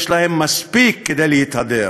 יש להן מספיק כדי להתהדר,